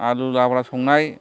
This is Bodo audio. आलु लाब्रा संनाय